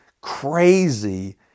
crazy